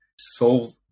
solve